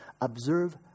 Observe